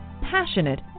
passionate